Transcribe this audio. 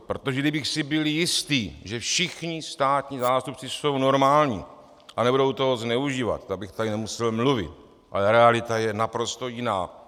Protože kdybych si byl jistý, že všichni státní zástupci jsou normální a nebudou toho zneužívat, tak bych tady nemusel mluvit, ale realita je naprosto jiná.